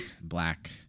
Black